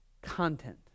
content